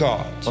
God